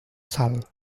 sal